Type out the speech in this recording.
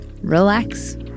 relax